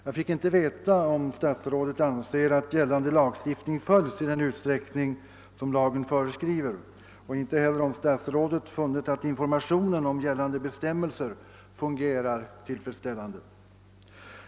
Jag fick inte veta om statsrådet anser, att gällande lagstiftning följs i den utsträckning som lagen föreskriver eller om statsrådet funnit att informationen om gällande bestämmelser fungerar tillfredsställande.